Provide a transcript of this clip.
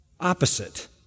opposite